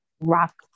Rock